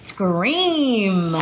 Scream